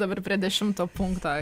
dabar prie dešimto punkto